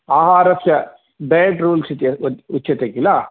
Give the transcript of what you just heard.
आहारस्य diet rules इत्युच्यते किल